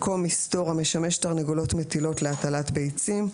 מקום מסתור משמש תרנגולות מטילות להטלת ביצים.